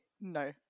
no